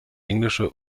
englische